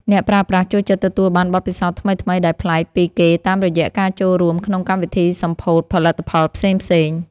អ្នកប្រើប្រាស់ចូលចិត្តទទួលបានបទពិសោធន៍ថ្មីៗដែលប្លែកពីគេតាមរយៈការចូលរួមក្នុងកម្មវិធីសម្ពោធផលិតផលផ្សេងៗ។